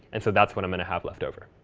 and so that's what i'm going to have left over.